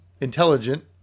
intelligent